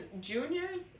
juniors